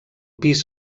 pis